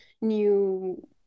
new